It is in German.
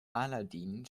aladin